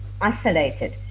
isolated